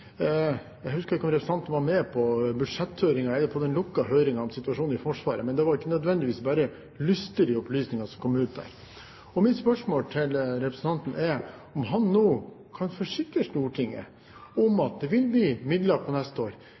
Jeg husker ikke om representanten var med på den lukkede høringen om situasjonen i Forsvaret, men det var ikke nødvendigvis bare lystige opplysninger som kom ut der. Mitt spørsmål til representanten er om han nå kan forsikre Stortinget om at det vil bli midler til neste år